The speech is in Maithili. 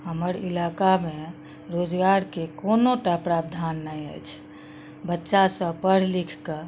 हमर इलाकामे रोजगारके कोनो टा प्रावधान नहि अछि बच्चा सभ पढ़ि लिखिकऽ